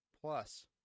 plus